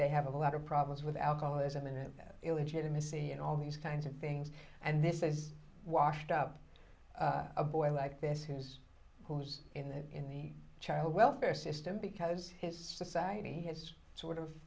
they have a lot of problems with alcoholism and illegitimacy and all these kinds of things and this is washed up a boy like this who's who's in there in the child welfare system because his society has sort of